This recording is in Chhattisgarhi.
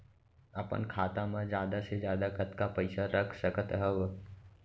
अपन खाता मा जादा से जादा कतका पइसा रख सकत हव?